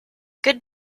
good